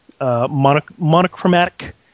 monochromatic